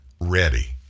ready